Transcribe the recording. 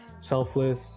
selfless